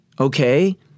Okay